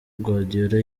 guardiola